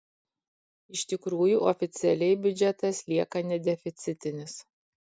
iš tikrųjų oficialiai biudžetas lieka nedeficitinis